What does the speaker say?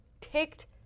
ticked